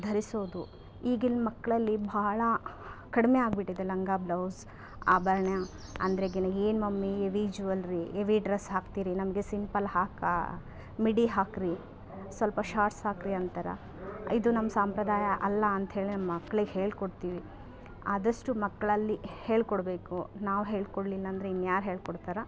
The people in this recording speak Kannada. ಧರಿಸೋದು ಈಗಿನ ಮಕ್ಕಳಲ್ಲಿ ಭಾಳ ಕಡಿಮೆ ಆಗಿಬಿಟ್ಟಿದೆ ಲಂಗ ಬ್ಲೌಸ್ ಆಭರಣ ಅಂದರೆ ಏನು mummy heavy jewellery heavy dress ಹಾಕ್ತೀರಿ ನಮಗೆ ಸಿಂಪಲ್ ಹಾಕಿ ಮಿಡಿ ಹಾಕಿರಿ ಸ್ವಲ್ಪ ಶಾರ್ಟ್ಸ್ ಹಾಕಿರಿ ಅಂತಾರೆ ಇದು ನಮ್ಮ ಸಂಪ್ರದಾಯ ಅಲ್ಲ ಅಂತ್ಹೇಳಿ ಮಕ್ಕಳಿಗೆ ಹೇಳ್ಕೊಡ್ತೀವಿ ಆದಷ್ಟು ಮಕ್ಕಳಲ್ಲಿ ಹೇಳ್ಕೊಡಬೇಕು ನಾವು ಹೇಳ್ಕೊಡಲಿಲ್ಲ ಅಂದರೆ ಇನ್ಯಾರು ಹೇಳ್ಕೊಡ್ತಾರೆ